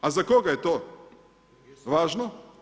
A za koga je to važno?